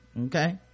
okay